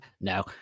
no